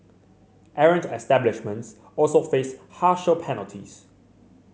errant establishments also faced harsher penalties